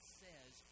says